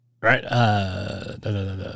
right